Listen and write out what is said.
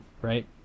right